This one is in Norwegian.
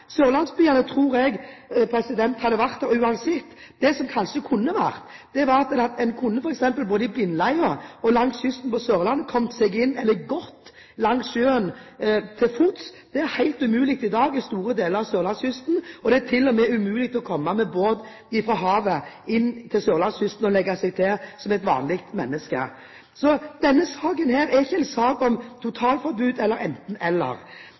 Jeg tror sørlandsbyene hadde vært der, uansett. Det som kanskje kunne vært, var at en både i Blindleia og langs kysten på Sørlandet kunne kommet seg inn, eller gått langs sjøen til fots. Det er helt umulig i dag på store deler av sørlandskysten, og det er til og med umulig å komme med båt fra havet inn til sørlandskysten og legge seg til som et vanlig menneske. Denne saken er ikke en sak om totalforbud eller